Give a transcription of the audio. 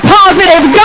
positive